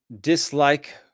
dislike